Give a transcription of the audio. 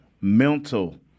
Mental